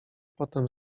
potem